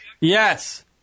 Yes